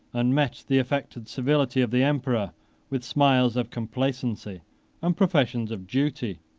and met the affected civility of the emperor with smiles of complacency and professions of duty.